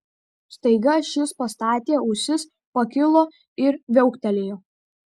staiga šis pastatė ausis pakilo ir viauktelėjo